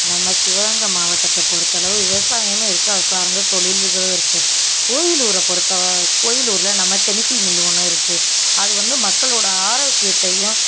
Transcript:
நம்ம சிவகங்கை மாவட்டத்தை பொருத்தளவு விவசாயமும் இருக்கு அது சார்ந்த தொழில்களும் இருக்கு கோவிலூர பொருத்த கோயிலூரில் நம்ம கெமிக்கல் மில்லு ஒன்று இருக்கு அது வந்து மக்களோட ஆரோக்கியத்தையும்